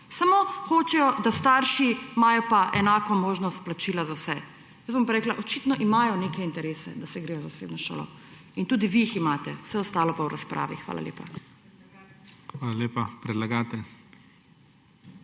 samo hočejo, da imajo starši pa enako možnost plačila za vse. Jaz bom pa rekla, očitno imajo neke interese, da se gredo zasebno šolo. In tudi vi jih imate. Vse ostalo pa v razpravi. Hvala lepa. **PREDSEDNIK